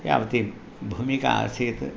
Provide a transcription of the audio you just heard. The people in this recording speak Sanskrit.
यावती भूमिका आसीत्